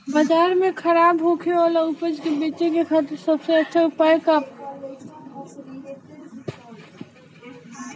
बाजार में खराब होखे वाला उपज को बेचे के खातिर सबसे अच्छा उपाय का बा?